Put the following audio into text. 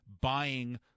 buying